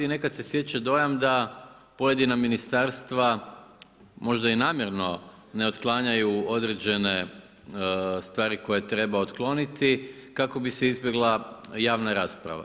I nekada se stječe dojam, da pojedina ministarstva možda i namjerno ne otklanjaju određene stvari koje treba otkloniti, kako bi se izbjegla javna rasprava.